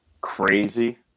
crazy